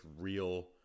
real